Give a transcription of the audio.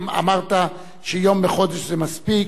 אמרת שיום בחודש זה מספיק,